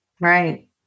right